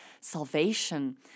salvation